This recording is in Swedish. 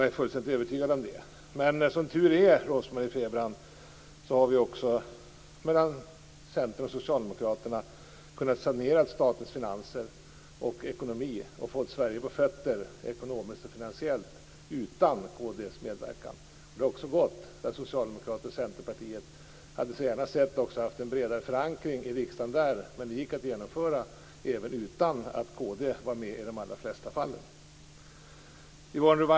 Jag är fullständigt övertygad om det. Som tur är - Rose-Marie Frebran - har Centern och Socialdemokraterna kunnat sanera statens finanser och ekonomi och fått Sverige på fötter ekonomiskt och finansiellt utan kd:s medverkan. Socialdemokraterna och Centern hade gärna också där sett en bredare förankring i riksdagen. Men det gick att genomföra även utan att kd var med i de allra flesta fallen.